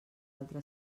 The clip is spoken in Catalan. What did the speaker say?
altra